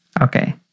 Okay